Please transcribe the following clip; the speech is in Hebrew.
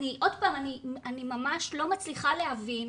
עוד פעם, אני ממש לא מצליחה להבין